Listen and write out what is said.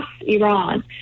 Iran